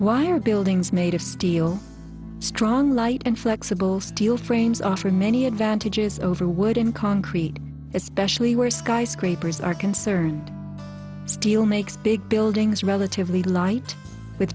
wire buildings made of steel strong light and flexible steel frames offer many advantages over wood and concrete especially where skyscrapers are concerned steel makes big buildings relatively light with